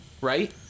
right